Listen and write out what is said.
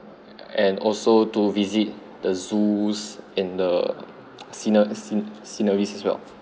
and also to visit the zoos in the senior sceneries as well